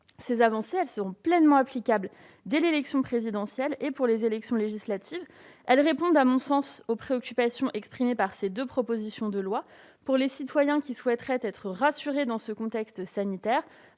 Ces avancées seront pleinement applicables pour l'élection présidentielle et les élections législatives. Elles répondent à mon sens aux préoccupations exprimées par ces deux propositions de loi. Pour les citoyens qui, dans ce contexte sanitaire,